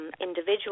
individual